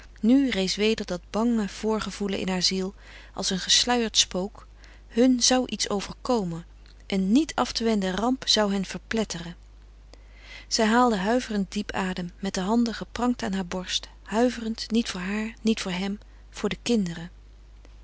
nu rees weder dat bange voorgevoelen in haar ziel als een gesluierd spook hun zou iets overkomen een niet af te wenden ramp zou hen verpletteren zij haalde huiverend diep adem met de handen geprangd aan haar borst huiverend niet voor haar niet voor hem voor de kinderen